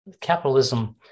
capitalism